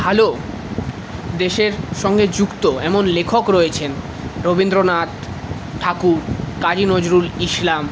ভালো দেশের সঙ্গে যুক্ত এমন লেখক রয়েছেন রবীন্দ্রনাথ ঠাকুর কাজী নজরুল ইসলাম